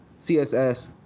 CSS